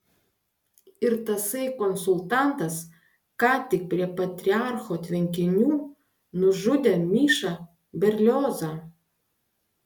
ir tasai konsultantas ką tik prie patriarcho tvenkinių nužudė mišą berliozą